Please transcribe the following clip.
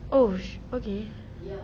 oh shi~ okay